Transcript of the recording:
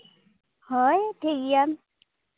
ᱦᱳᱭ ᱴᱷᱤᱠ ᱜᱮᱭᱟ